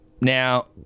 Now